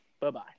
Bye-bye